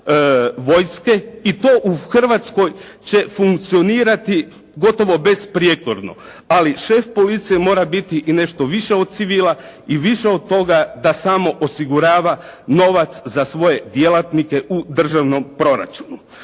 i to u Hrvatskoj će funkcionirati gotovo besprijekorno, ali šef policije mora biti i nešto više od civila i više od toga da samo osigurava novac za svoje djelatnike u državnom proračunu.